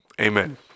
Amen